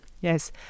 yes